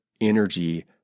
energy